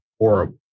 horrible